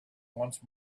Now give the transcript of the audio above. once